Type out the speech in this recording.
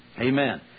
Amen